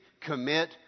Commit